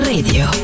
Radio